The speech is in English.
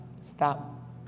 Stop